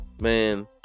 Man